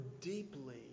deeply